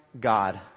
God